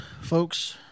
folks